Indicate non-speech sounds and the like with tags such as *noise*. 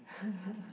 *laughs*